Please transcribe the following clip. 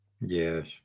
Yes